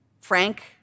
frank